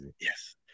Yes